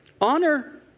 Honor